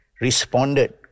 responded